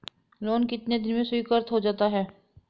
Loan कितने दिन में स्वीकृत हो जाता है?